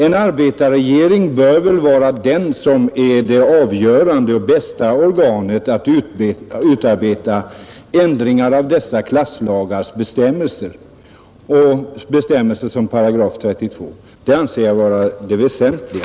En arbetarregering bör vara det avgörande och bästa organet när det gäller att utarbeta ändringar i dessa klasslagars bestämmelser, bestämmelser som § 32 Det anser jag vara det väsentliga.